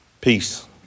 Peace